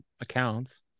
accounts